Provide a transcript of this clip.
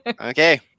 Okay